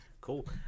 Cool